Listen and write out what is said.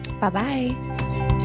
Bye-bye